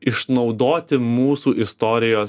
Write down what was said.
išnaudoti mūsų istorijos